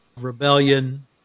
rebellion